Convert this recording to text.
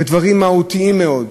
בדברים מהותיים מאוד.